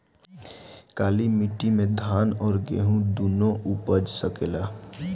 काली माटी मे धान और गेंहू दुनो उपज सकेला?